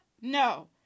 No